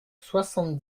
soixante